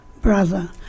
brother